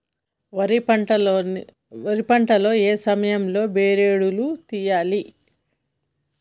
వరి పంట లో ఏ సమయం లో బెరడు లు తియ్యాలి?